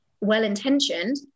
well-intentioned